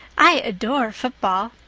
i adore football.